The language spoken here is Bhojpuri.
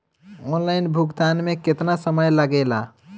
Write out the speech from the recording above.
ऑनलाइन भुगतान में केतना समय लागेला?